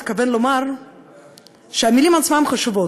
הוא התכוון לומר שהמילים עצמן חשובות.